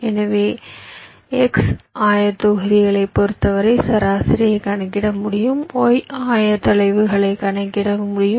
எனவே x ஆயத்தொகுதிகளைப் பொறுத்தவரை சராசரியைக் கணக்கிட முடியும் y ஆயத்தொலைவுகளை கணக்கிட முடியும்